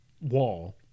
wall